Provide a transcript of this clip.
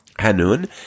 Hanun